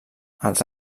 als